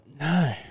No